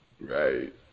Right